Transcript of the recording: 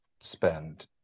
spend